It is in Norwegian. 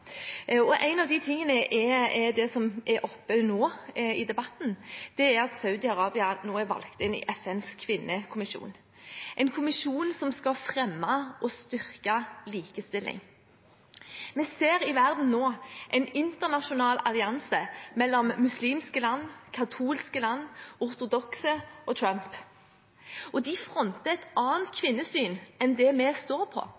En av de tingene er det som er oppe i debatten nå, at Saudi-Arabia er valgt inn i FNs kvinnekommisjon, en kommisjon som skal fremme og styrke likestilling. Vi ser i verden nå en internasjonal allianse mellom muslimske land, katolske land, ortodokse og Trump, og de fronter et annet kvinnesyn enn det vi står